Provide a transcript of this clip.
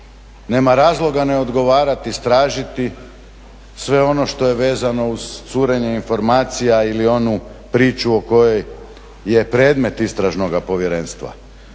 nema razloga ne odgovarati istražiti sve ono što je vezano uz curenje informacija ili onu priču o kojoj je predmet istražnoga povjerenstva,